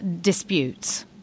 disputes